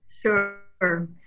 Sure